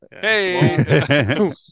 Hey